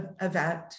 event